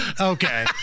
Okay